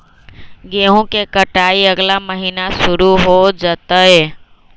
गेहूं के कटाई अगला महीना शुरू हो जयतय